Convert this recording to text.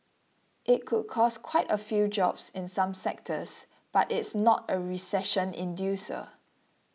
it could cost quite a few jobs in some sectors but it's not a recession inducer